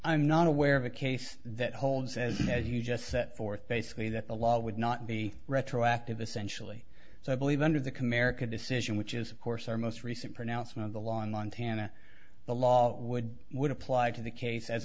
i'm not aware of a case that holds as as you just set forth basically that the law would not be retroactive essentially so i believe under the comerica decision which is of course our most recent pronouncement of the law in montana the law would would apply to the case as